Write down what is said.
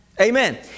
Amen